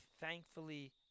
thankfully